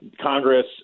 Congress